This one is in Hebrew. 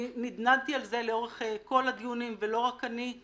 אני נדנדתי על זה לאורך כל הדיונים, ולא רק אני.